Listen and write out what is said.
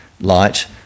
light